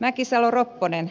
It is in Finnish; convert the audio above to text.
mäkisalo ropponen